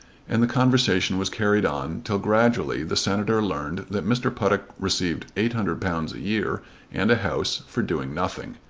and the conversation was carried on till gradually the senator learned that mr. puttock received eight hundred pounds a year and a house for doing nothing,